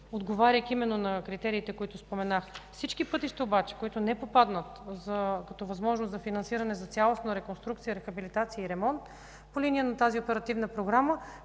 отговаряйки именно на критериите, които споменахте. За всички пътища обаче, които не попаднат като възможност за финансиране за цялостна реконструкция, рехабилитация и ремонт по линия на тази оперативна програма,